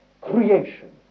Creation